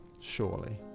surely